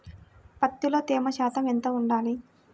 పత్తిలో తేమ శాతం ఎంత ఉండాలి?